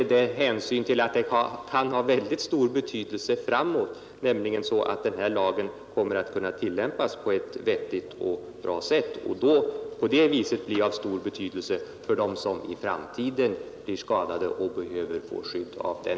Det kan däremot ha mycket stor betydelse i perspektivet framåt att lagen kommer att kunna tillämpas på ett vettigt och bra sätt och därigenom bli av stor betydelse för dem som i framtiden blir skadade och behöver få skydd av den.